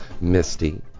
Misty